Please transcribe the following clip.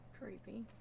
Creepy